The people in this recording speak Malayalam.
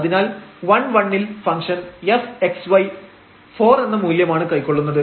അതിനാൽ 11 ൽ ഫംഗ്ഷൻ fx y 4 എന്ന മൂല്യമാണ് കൈക്കൊള്ളുന്നത്